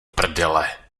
prdele